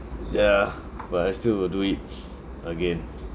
yeah but I still would do it again